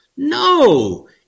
No